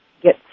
get